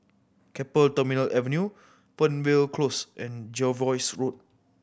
Keppel Terminal Avenue Fernvale Close and Jervois Road